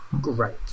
great